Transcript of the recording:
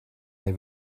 they